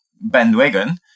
bandwagon